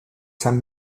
sant